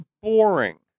boring